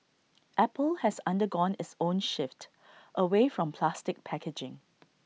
apple has undergone its own shift away from plastic packaging